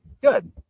Good